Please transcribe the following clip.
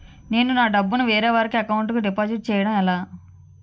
నేను నా డబ్బు ని వేరే వారి అకౌంట్ కు డిపాజిట్చే యడం ఎలా?